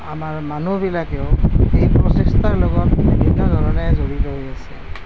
আমাৰ মানুহবিলাকেও এই প্ৰচেষ্টাৰ লগত বিভিন্ন ধৰণে জড়িত হৈ আছে